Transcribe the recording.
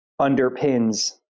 underpins